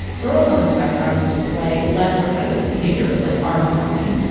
girls on the spectrum display less repetitive behaviors like arm flapping,